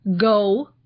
go